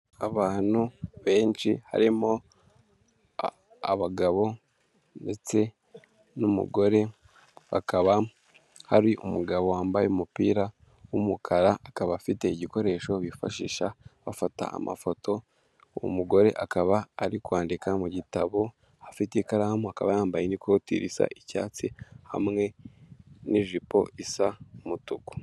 Abantu benshi harimo abagabo ndetse n'umugore, bakaba hari umugabo wambaye umupira w'umukara akaba afite igikoresho bifashisha bafata amafoto, umugore akaba ari kwandika mu gitabo afite ikaramu, akaba yambaye n'ikoti risa icyatsi hamwe n'ijipo isa umutuku.